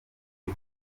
uru